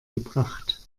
gebracht